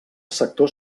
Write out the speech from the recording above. sector